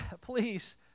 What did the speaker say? please